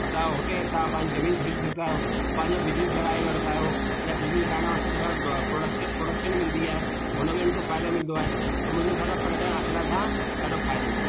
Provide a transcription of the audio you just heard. अ त हुते तव्हां पंहिंजी जमीन ख़रीदे सघंदा आहियो पंहिंजो बिजनिस लॻाए वठदा आहियो या बिजली लॻाइण वास्ते तव्हांखे प्रोडक्शन प्रोडक्शन मिलंदी आहे हुनमें हुनखे फ़ाइदो मिलदो आहे त मुंहिंजे हिसाब सां पर्यटक अचनि सां ॾाढो फ़ाइदो आहे